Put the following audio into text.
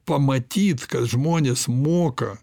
pamatyt kad žmonės moka